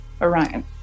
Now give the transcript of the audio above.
Orion